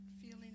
feeling